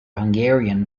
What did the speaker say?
hungarian